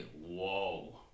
whoa